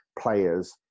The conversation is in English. players